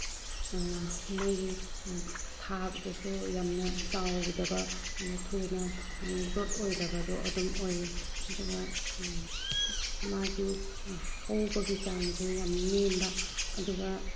ꯃꯣꯏꯒꯤ ꯊꯥꯕꯗꯁꯨ ꯌꯥꯝꯅ ꯆꯥꯎꯗꯕ ꯊꯨꯅ ꯒ꯭ꯔꯣꯠ ꯑꯣꯏꯗꯕꯗꯣ ꯑꯗꯨꯝ ꯑꯣꯏꯌꯦ ꯑꯗꯨꯒ ꯃꯥꯒꯤ ꯍꯧꯕꯒꯤ ꯆꯥꯡꯁꯦ ꯌꯥꯝ ꯅꯦꯝꯕ ꯑꯗꯨꯒ